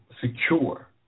secure